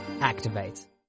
activate